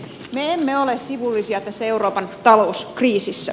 me emme ole sivullisia tässä euroopan talouskriisissä